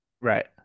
Right